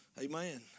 Amen